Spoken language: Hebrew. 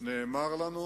נאמר לנו